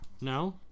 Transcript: No